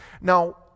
Now